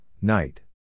night